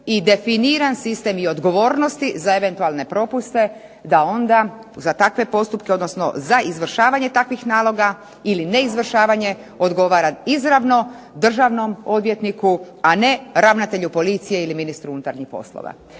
i definiran sistem i odgovornosti za eventualne propuste da onda za takve postupke, odnosno za izvršavanje takvih naloga ili neizvršavanje odgovara izravno državnom odvjetniku, a ne ravnatelju policije ili ministru unutarnjih poslova.